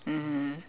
mmhmm